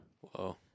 Whoa